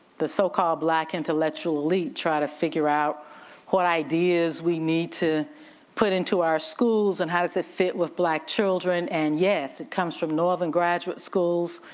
the so called black intellectual elite try to figure out what ideas we need to put into our schools and how does it fit with black children and yes, it comes from northern graduate schools.